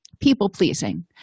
people-pleasing